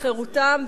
בחירותם,